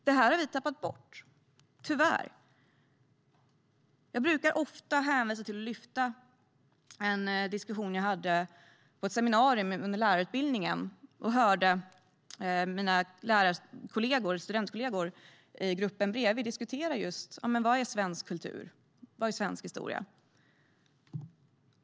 Det här har vi tyvärr tappat bort. Jag brukar ofta hänvisa till en diskussion jag hade på ett seminarium under lärarutbildningen, där jag hörde mina studentkollegor i gruppen bredvid diskutera just vad som är svensk kultur och svensk historia.